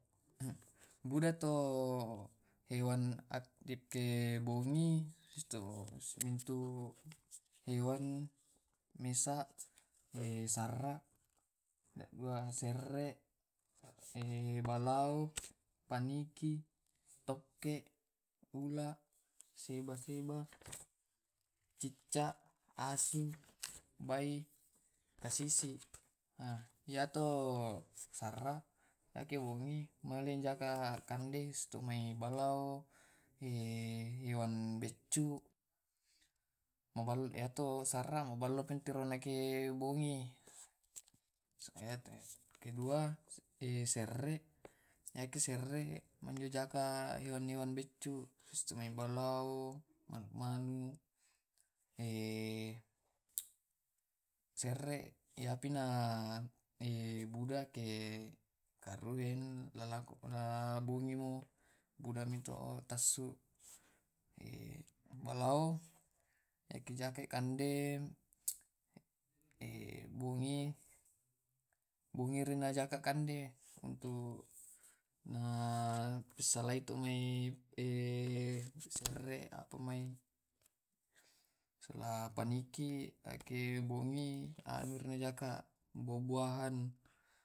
Buda macam macam na te hewan pertama to le serre, penduanna to e balao. ma pentalluna to tokke, mappenappa’na to ula’, mappelimanna to’o seba, mappeannangna, na peppitunna cicca’, mappetollonna asu, mappeserena tobai’. to pessepilunna to kasisi’, to pessappulomesanna to anu e tedong, iya mo tu serre yantomesana e mala mu ke siang siang mala mu ke siang kande kande na pake bertahan hidupna to mala mu.